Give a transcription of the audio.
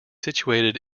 situated